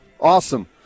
Awesome